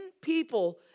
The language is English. people